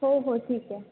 हो हो ठीक आहे